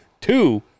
Two